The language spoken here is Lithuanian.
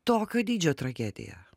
tokio dydžio tragedija